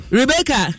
rebecca